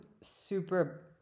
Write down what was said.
super